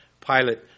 Pilate